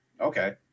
okay